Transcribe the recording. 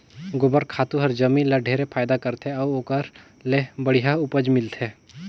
गोबर खातू हर जमीन ल ढेरे फायदा करथे अउ ओखर ले बड़िहा उपज मिलथे